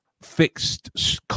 fixed